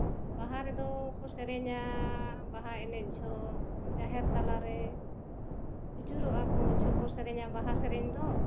ᱟᱫᱚ ᱵᱟᱦᱟ ᱨᱮᱫᱚ ᱠᱚ ᱥᱮᱨᱮᱧᱟ ᱵᱟᱦᱟ ᱮᱱᱮᱡ ᱡᱚᱠᱷᱮᱡ ᱡᱟᱦᱮᱨ ᱛᱟᱞᱟᱨᱮ ᱟᱹᱪᱩᱨᱚᱜᱼᱟ ᱠᱚ ᱩᱱ ᱡᱚᱠᱷᱮᱡ ᱠᱚ ᱥᱮᱨᱮᱧᱟ ᱵᱟᱦᱟ ᱥᱮᱨᱮᱧ ᱫᱚ